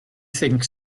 think